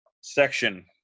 section